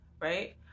right